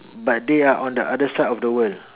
but they are on the other side of the world